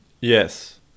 Yes